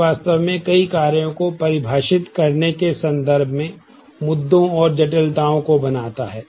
यह वास्तव में कई कार्यों को परिभाषित करने के संदर्भ में मुद्दों और जटिलताओं को बनाता है